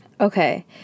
okay